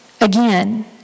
Again